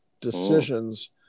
decisions